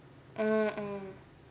mm mm